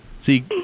See